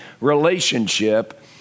relationship